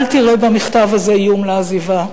אל תראה במכתב הזה איום לעזיבה,